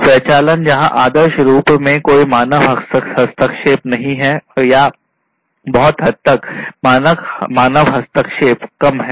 स्वचालन जहां आदर्श रूप में कोई मानव हस्तक्षेप नहीं है या बहुत हद तक मानव हस्तक्षेप कम है